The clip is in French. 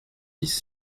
dix